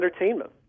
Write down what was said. entertainment